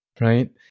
right